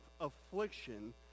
affliction